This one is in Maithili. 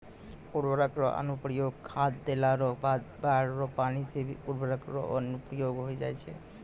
उर्वरक रो अनुप्रयोग खाद देला रो बाद बाढ़ रो पानी से भी उर्वरक रो अनुप्रयोग होय जाय छै